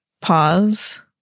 pause